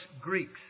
Greeks